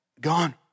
gone